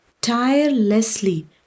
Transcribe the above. tirelessly